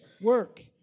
work